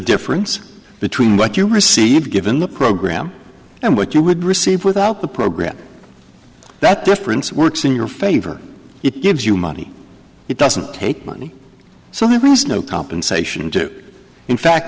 difference between what you receive given the program and what you would receive without the program that difference works in your favor it gives you money it doesn't take money so it was no compensation to in fact